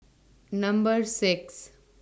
Number six